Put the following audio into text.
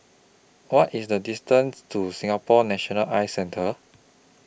What IS The distance to Singapore National Eye Centre